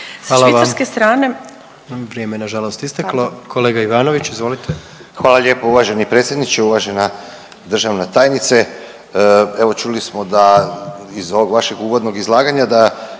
(HDZ)** Vrijeme je na žalost isteklo. Kolega Ivanović, izvolite. **Ivanović, Goran (HDZ)** Hvala lijepo uvaženi predsjedniče, uvažena državna tajnice. Evo čuli smo da iz ovog vašeg uvodnog izlaganja da